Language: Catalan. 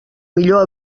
millor